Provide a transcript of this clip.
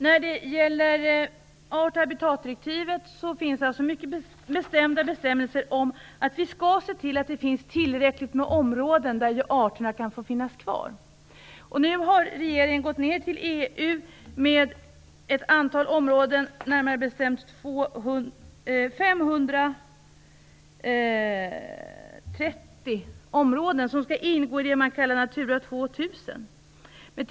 I art och habitatdirektivet finns klara bestämmelser om att det måste finnas tillräckliga områden för att arterna skall kunna fortleva. Regeringen har vänt sig till EU med ett antal områden, närmare bestämt 563 stycken, som skall ingå i vad man kallar Natura 2000.